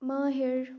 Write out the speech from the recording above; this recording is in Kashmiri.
ماہِر